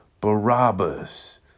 Barabbas